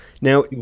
Now